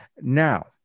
now